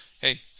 hey